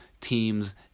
teams